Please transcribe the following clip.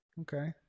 Okay